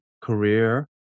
career